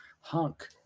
hunk